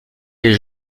les